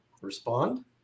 respond